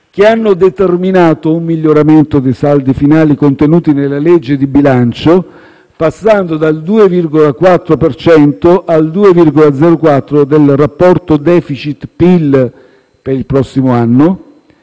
che hanno determinato un miglioramento dei saldi finali contenuti nel disegno di legge di bilancio, passando dal 2,4 per cento al 2,04 del rapporto *deficit*-PIL per il prossimo anno,